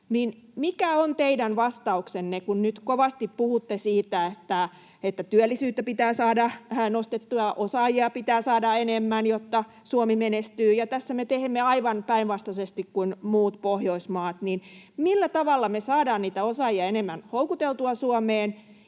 Mikä on teidän vastauksenne, kun nyt kovasti puhutte siitä, että työllisyyttä pitää saada vähän nostettua, osaajia pitää saada enemmän, jotta Suomi menestyy, ja tässä me teemme aivan päinvastaisesti kuin muut Pohjoismaat? Millä tavalla me saadaan niitä osaajia enemmän houkuteltua Suomeen?